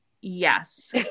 Yes